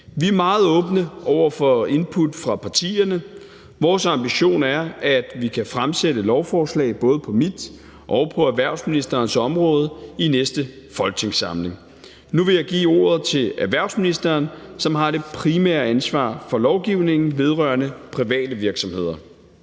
Vi er meget åbne over for input fra partierne. Vores ambition er, at vi kan fremsætte lovforslag både på mit og på erhvervsministerens område i næste folketingssamling. Nu vil jeg give ordet til erhvervsministeren, som har det primære ansvar for lovgivningen vedrørende private virksomheder.